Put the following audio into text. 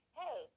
hey